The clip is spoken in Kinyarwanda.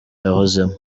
yahozemo